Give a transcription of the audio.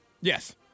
Yes